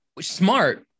smart